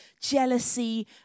jealousy